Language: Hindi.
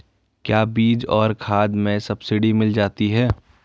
क्या बीज और खाद में सब्सिडी मिल जाती है?